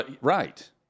Right